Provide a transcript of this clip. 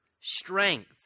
strength